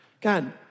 God